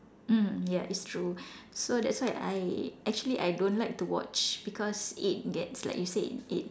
mm ya it's true so that's why I actually I don't like to watch because it gets like you said it